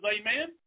Amen